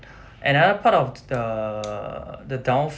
another part of the the down